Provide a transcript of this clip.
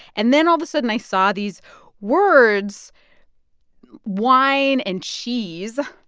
and then all of a sudden, i saw these words wine and cheese.